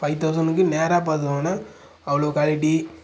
five தௌசணுக்கு நேராக பார்த்து வாங்குனேன் அவ்வளோ குவாலிட்டி